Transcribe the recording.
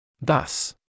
Thus